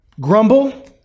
grumble